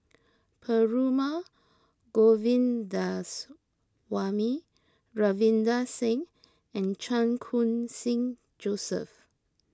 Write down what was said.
Perumal Govindaswamy Ravinder Singh and Chan Khun Sing Joseph